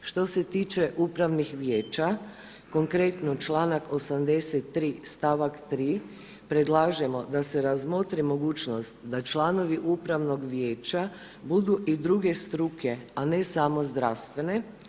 Što se tiče upravnih vijeća, konkretno članak 83., st. 3., predlažemo da se razmotri mogućnost da članovi upravnog vijeća budu i druge struke, a ne samo zdravstvene.